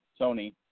Sony